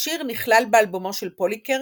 השיר נכלל באלבומו של פוליקר